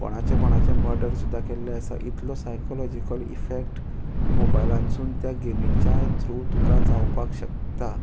कोणाचे कोणाचे मडर सुद्दां केल्ले आसा इतलो सायकॉलॉजीकॉल इफॅक्ट मोबायलानसून त्या गेमींच्या थ्रू तुका जावपाक शकता